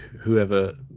whoever